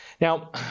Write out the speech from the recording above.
Now